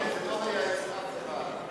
זה לא היה אצל אף אחד.